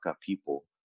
people